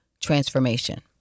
transformation